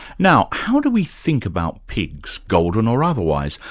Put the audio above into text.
now, how do we think about pigs, golden or otherwise,